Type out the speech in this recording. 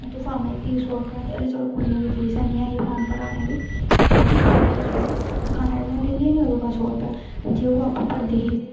ओह फार्मे दी फीस सौ रपेआ ते हल्ली चलो कुडियें दी फीस ऐ निं ऐ ही फार्म भराने दी खाल्ली ओह्दी गै फीस ही ते दकानै आहले ने लेई लेई नी ओहदे कोला सौ रपेआ जे ओह् आपूं भरदी ही